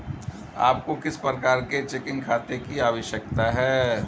आपको किस प्रकार के चेकिंग खाते की आवश्यकता है?